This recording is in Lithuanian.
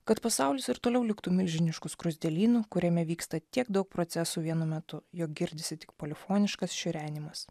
kad pasaulis ir toliau liktų milžinišku skruzdėlynu kuriame vyksta tiek daug procesų vienu metu jog girdisi tik polifoniškas šiurenimas